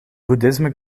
boeddhisme